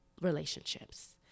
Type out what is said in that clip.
relationships